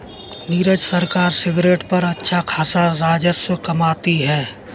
नीरज सरकार सिगरेट पर अच्छा खासा राजस्व कमाती है